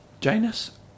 Janus